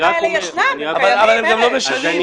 הם גם לא משנים.